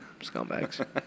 scumbags